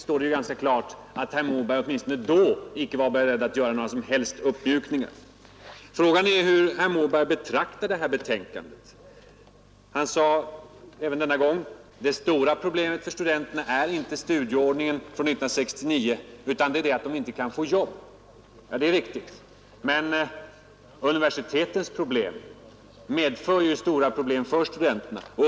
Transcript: Därav framgår ganska klart att herr Moberg åtminstone inte då var beredd att göra några som helst uppmjukningar. Frågan är nu hur herr Moberg betraktar det föreliggande betänkandet. I sitt inlägg sade han att det stora problemet för studenterna inte är studieordningen från 1969, utan att de inte kan få jobb. Det är riktigt. Men universitetens problem medför ju stora svårigheter för studenterna.